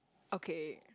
okay